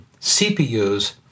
CPUs